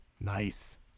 nice